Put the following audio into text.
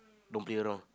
don't play around